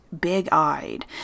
big-eyed